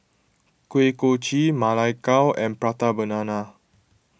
Kuih Kochi Ma Lai Gao and Prata Banana